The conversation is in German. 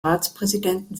ratspräsidenten